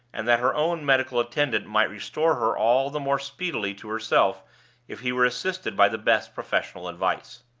and that her own medical attendant might restore her all the more speedily to herself if he were assisted by the best professional advice.